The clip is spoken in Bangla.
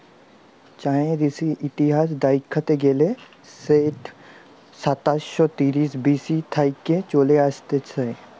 চাঁয়ের ইতিহাস দ্যাইখতে গ্যালে সেট সাতাশ শ সাঁইতিরিশ বি.সি থ্যাইকে চলে আইসছে